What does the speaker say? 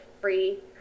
free